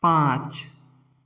पाँच